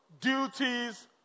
duties